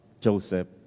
Joseph